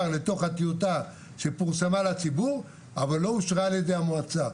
לתוך הטיוטה שפורסמה לציבור אבל לא אושרה ע"י המועצה.